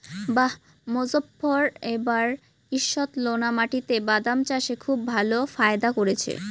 বাঃ মোজফ্ফর এবার ঈষৎলোনা মাটিতে বাদাম চাষে খুব ভালো ফায়দা করেছে